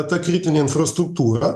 ta kritinė infrastruktūra